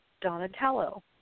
Donatello